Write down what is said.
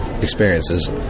experiences